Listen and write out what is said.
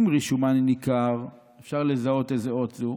אם רישומן ניכר" אפשר לזהות איזו אות זו,